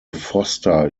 foster